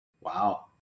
Wow